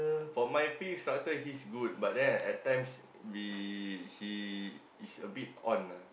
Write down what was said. for my field instructor he's good but then at times we he he's a bit on ah